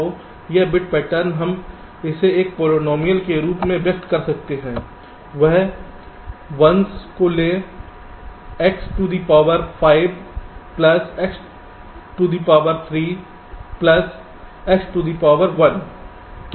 तो यह bit pattern हम इसे एक पॉलिनॉमियल के रूप में व्यक्त कर सकते हैं बस 1s को लो x to the power 5 plus to the power 3 plus x square plus 1